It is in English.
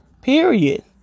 period